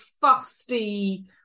fusty